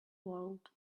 world